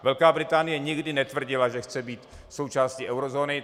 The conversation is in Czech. Velká Británie nikdy netvrdila, že chce být součástí eurozóny.